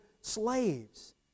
slaves